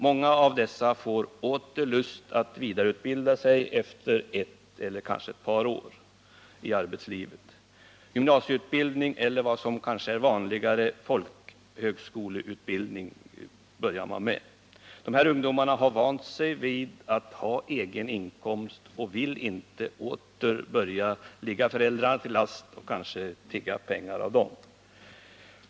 Många av dessa får åter lust att vidareutbilda sig efter ett eller kanske ett par år i arbetslivet och börjar med gymnasieutbildning eller, vad som kanske är vanligare, med folkhögskoleutbildning. Dessa ungdomar har vant sig vid att ha egen inkomst och vill inte åter börja med att ligga föräldrarna till last och tigga pengar av dem.